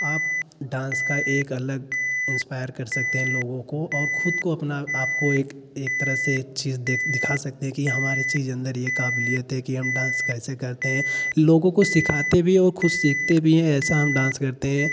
आप डान्स का एक अलग इंस्पायर कर सकते हैं लोगों को और खुद को अपना आपको एक एक तरह से एक चीज़ देख दिखा सकते हैं कि हमारे चीज़ अंदर यह काबिलियत है कि हम डान्स कैसे करते हैं लोगों को सिखाते भी हैं और खुद सीखते भी हैं ऐसा हम डान्स करते हैं